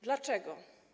Dlaczego?